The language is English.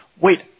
wait